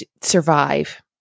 survive